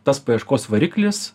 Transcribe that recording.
tas paieškos variklis